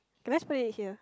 okay let's put it here